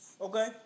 Okay